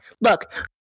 Look